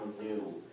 new